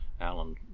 Alan